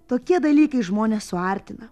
tokie dalykai žmones suartina